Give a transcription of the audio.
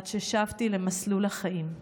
עד ששבתי למסלול החיים.